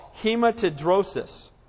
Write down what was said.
hematidrosis